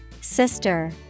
Sister